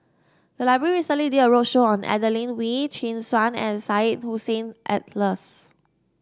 the library recently did a roadshow on Adelene Wee Chin Suan and Syed Hussein Alatas